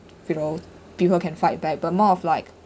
you know people can fight back but more of like